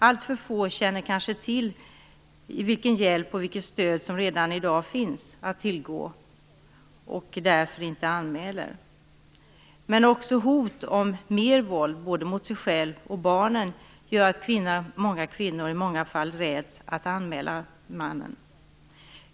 Alltför få känner kanske till vilken hjälp och vilket stöd som redan i dag finns att tillgå och därför inte anmäler. Men också hot om mera våld både mot sig själv och mot barnen gör att kvinnan i många fall räds att anmäla mannen.